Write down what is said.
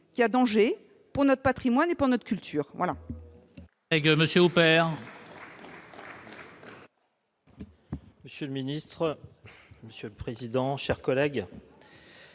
y a danger pour notre patrimoine et pour notre culture.